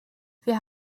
wir